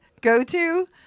go-to